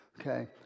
okay